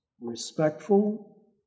respectful